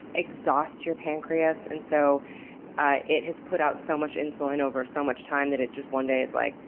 exhaust your pancreas? and so ah it has put out so much insulin over so much time that it just one day is like,